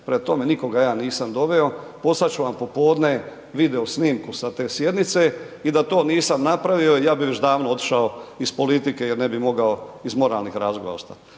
prema tome, nikoga ja nisam doveo, poslat ću vam popodne video snimku sa te sjednice i da to nisam napravio, ja bih već davno otišao iz politike jer ne bi mogao iz moralnih razloga ostati.